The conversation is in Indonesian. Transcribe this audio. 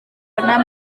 pernah